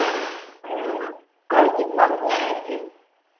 हाँ कल कितने बजे आए थे